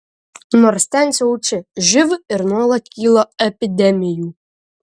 nors ten siaučia živ ir nuolat kyla epidemijų